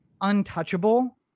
untouchable